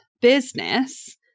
business